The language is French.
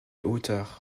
hauteur